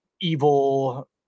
evil